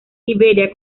iberia